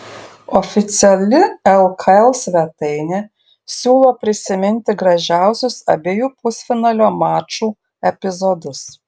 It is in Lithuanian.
oficiali lkl svetainė siūlo prisiminti gražiausius abiejų pusfinalio mačų epizodus